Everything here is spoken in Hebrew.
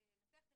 לא בהכרח.